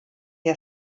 der